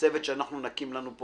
שאנחנו צריכים לעשות זה